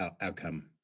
outcome